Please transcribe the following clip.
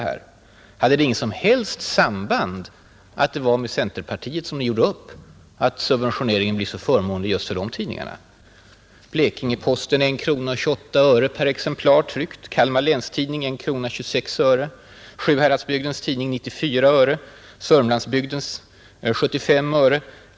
Hade det inget som helst samband att det var med centerpartiet som ni gjorde upp och att förslaget blev så förmånligt just för centerpartiets tidningar?